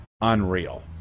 Unreal